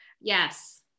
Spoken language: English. Yes